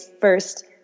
first